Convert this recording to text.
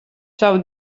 savu